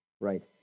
Right